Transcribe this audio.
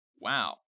wow